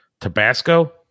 Tabasco